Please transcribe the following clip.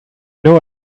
know